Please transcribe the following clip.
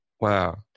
Wow